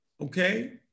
okay